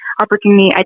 opportunity